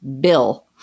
Bill